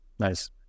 Nice